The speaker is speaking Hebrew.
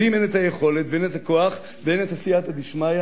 ואם אין להם היכולת ואין להם הכוח ואין להם סייעתא דשמיא,